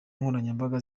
nkoranyambaga